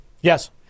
yes